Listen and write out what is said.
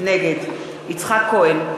נגד יצחק כהן,